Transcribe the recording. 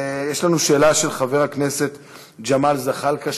יש לנו שאלה של חבר הכנסת ג'מאל זחאלקה,